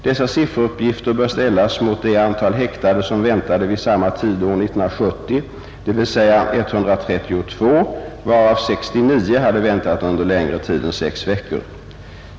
Dessa sifferuppgifter bör ställas mot det antal häktade som väntade vid samma tid år 1970, dvs. 132, varav 69 hade väntat under längre tid än sex veckor.